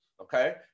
Okay